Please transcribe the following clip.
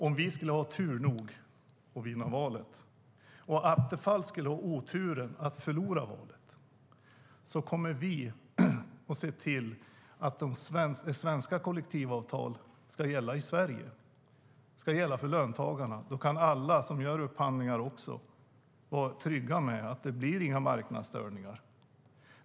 Om vi skulle ha tur nog att vinna valet och om Attefall skulle ha oturen att förlora valet kommer vi att se till att svenska kollektivavtal ska gälla i Sverige och för löntagarna. Då kan alla som gör upphandlingar också vara trygga med att det inte blir några marknadsstörningar.